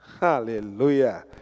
Hallelujah